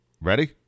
Ready